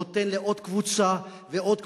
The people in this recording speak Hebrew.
נותן לעוד קבוצה ועוד קבוצה.